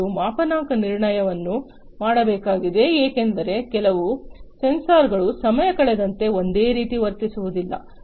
ಮತ್ತು ಮಾಪನಾಂಕ ನಿರ್ಣಯವನ್ನು ಮಾಡಬೇಕಾಗಿದೆ ಏಕೆಂದರೆ ಕೆಲವು ಸೆನ್ಸರ್ಗಳು ಸಮಯ ಕಳೆದಂತೆ ಒಂದೇ ರೀತಿ ವರ್ತಿಸುವುದಿಲ್ಲ